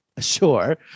Sure